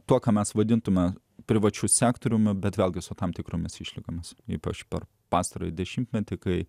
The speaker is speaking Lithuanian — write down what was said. tuo ką mes vadintumėme privačiu sektoriumi bet vėlgi su tam tikromis išlygomis ypač per pastarąjį dešimtmetį kai